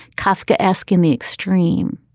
kafka esque in the extreme